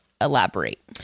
elaborate